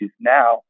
now